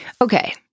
Okay